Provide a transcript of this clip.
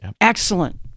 excellent